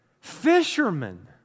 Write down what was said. Fishermen